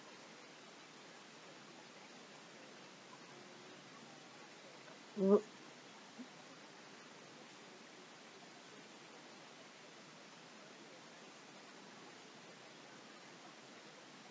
w~